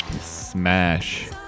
smash